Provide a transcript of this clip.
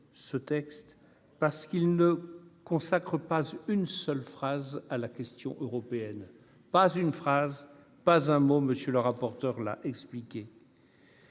ce texte aussi parce qu'il ne consacre pas une seule phrase à la question européenne- pas même un mot, comme M. le rapporteur l'a expliqué.